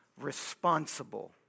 responsible